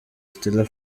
stella